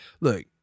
look